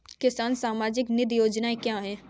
किसान सम्मान निधि योजना क्या है?